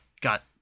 got